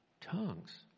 tongues